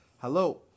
Hello